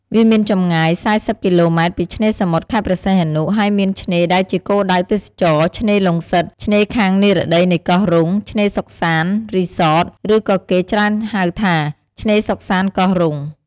វាមានចំងាយ ៤០គីឡូម៉ែតពីឆ្នេរសមុទ្រខេត្តព្រះសីហនុ ហើយមានឆ្នេរដែលជាគោលដៅទេសចរណ៍ ឆ្នេរឡុងសិត ឆ្នេរខាងនិរតីនៃកោះរ៉ុង ឆ្នេរសុខសាន្ត រីសត ឬក៏គេច្រើនហៅថា ឆ្នេរសុខសាន្ត កោះរ៉ុង។